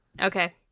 Okay